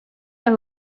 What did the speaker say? know